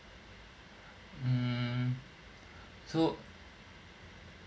um so